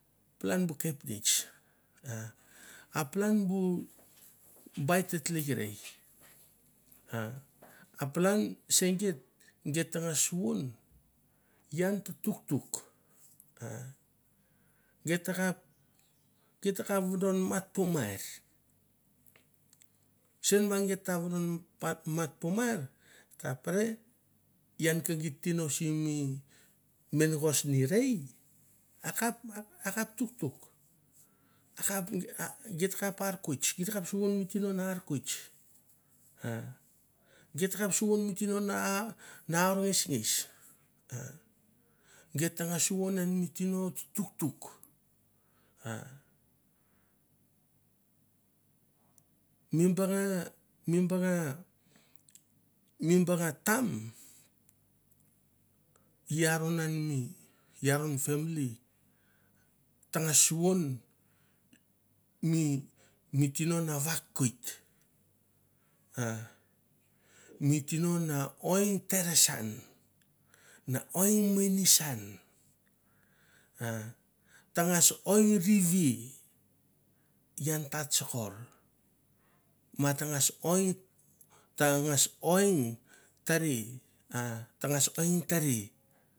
Palan bu kepnets, a palan bu bai te tlekrei, a palan se geit, geit tangas suvon ian ta tuktuk an geit ta kap vodon mat po mair. sen va geit ta vodon mat por mair et ta pre ian ke geit tino simi menagos ni rei, akap a kap tuktuk. A kap git ta kap ar kwis, geit takap suvon ar ngesnges, geit tangas suvon an mi tino tuktuk ah mi banga mi banga mi banga tam i aron an mi i aron mi family tangas suvon mi tino na vakoit a mi tino na oin tere san na oin mini san, tangas oi rivi ian ta tsokor, ma tangas oi, tangas oi tari ah tangas oin.